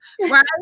right